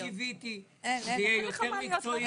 אני קיוויתי שזה יהיה יותר מקצועי.